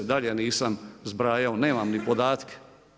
Dalje nisam zbrajao, nemam ni podatke.